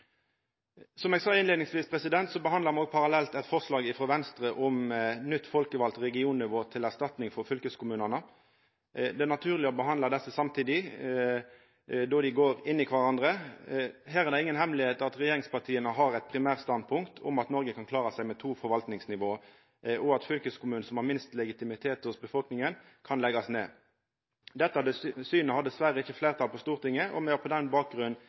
Som eg sa i innleiinga behandlar me òg parallelt eit forslag frå Venstre om nytt, folkevalt regionnivå til erstatning for fylkeskommunane. Det er naturleg å behandla desse samtidig då dei går inn i kvarandre. Her er det ingen løyndom at regjeringspartia har eit primærstandpunkt om at Noreg kan klara seg med to forvaltningsnivå, og at fylkeskommunen, som har minst legitimitet i befolkninga, kan leggjast ned. Dette synet har dessverre ikkje fleirtal på Stortinget, og me har på den